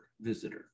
visitor